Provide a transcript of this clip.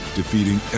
defeating